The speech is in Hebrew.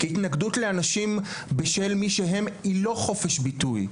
כי התנגדות לאנשים בשל מי שהם היא לא חופש ביטוי.